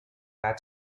had